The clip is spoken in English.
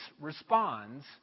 responds